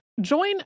Join